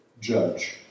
judge